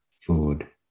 food